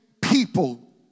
people